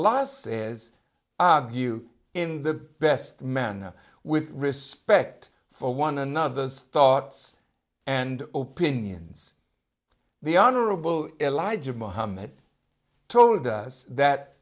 elias is you in the best men with respect for one another's thoughts and opinions the honorable elijah mohammed told us that